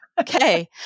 Okay